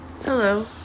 hello